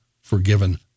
forgiven